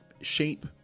shape